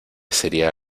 sería